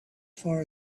far